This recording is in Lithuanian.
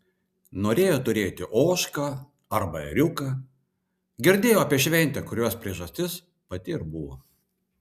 norėjo turėti ožką arba ėriuką girdėjo apie šventę kurios priežastis pati ir buvo